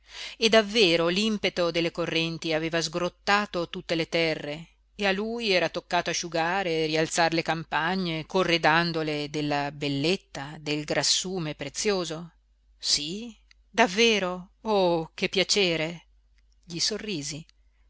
sorrisi e davvero l'impeto delle correnti aveva sgrottato tutte le terre e a lui era toccato asciugare e rialzar le campagne corredandole della belletta del grassume prezioso sí davvero oh che piacere gli sorrisi